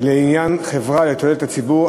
לעניין חברה לתועלת הציבור),